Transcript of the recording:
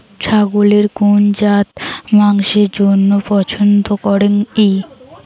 ছাগলের কুন জাত মাংসের জইন্য পছন্দ করাং হই?